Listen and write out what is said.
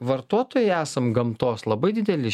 vartotojai esam gamtos labai dideli